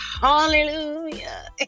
hallelujah